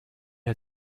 had